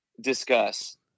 discuss